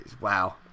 Wow